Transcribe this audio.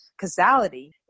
causality